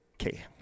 Okay